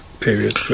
Period